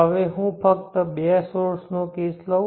હવે હું ફક્ત બે સોર્સ નો કેસ લઉં